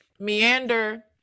meander